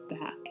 back